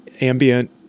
ambient